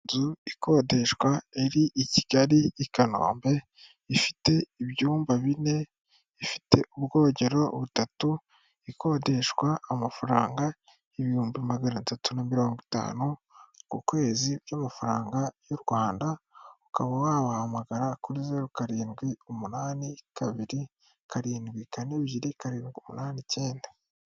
Inzu ikodeshwa iri i Kigali i Kanombe, ifite ibyumba bine, ifite ubwogero butatu, ikodeshwa amafaranga ibihumbi magana atatu na mirongo itanu ku kwezi by'amafaranga y'u Rwanda, ukaba wabahamagara kuri zeru karindwi umunani kabiri, karindwi kane ebyiri karindwi umunani icyenda.